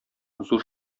зур